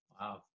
Wow